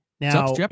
Now